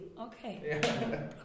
okay